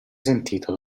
sentita